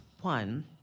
One